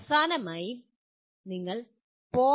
അവസാനമായി നിങ്ങൾ 0